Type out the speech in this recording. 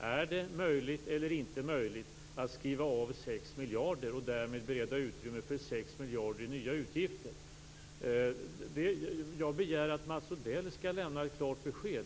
Är det möjligt eller inte möjligt att skriva av 6 miljarder, och därmed bereda utrymme för 6 miljarder i nya utgifter? Jag begär att Mats Odell skall lämna ett klart besked.